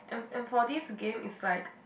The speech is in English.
and for this game is like